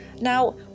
Now